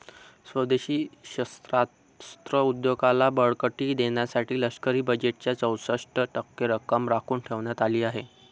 स्वदेशी शस्त्रास्त्र उद्योगाला बळकटी देण्यासाठी लष्करी बजेटच्या चौसष्ट टक्के रक्कम राखून ठेवण्यात आली होती